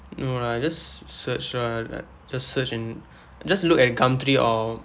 no lah I just se~ search ah like just search in just look at gumtree or